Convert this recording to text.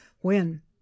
When